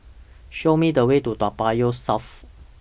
Show Me The Way to Toa Payoh South